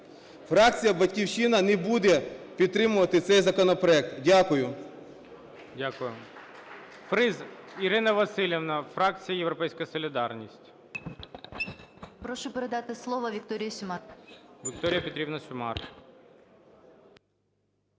Фракція "Батьківщина" не буде підтримувати цей законопроект. Дякую.